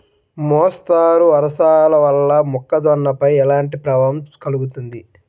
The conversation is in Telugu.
మోస్తరు వర్షాలు వల్ల మొక్కజొన్నపై ఎలాంటి ప్రభావం కలుగుతుంది?